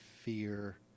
fear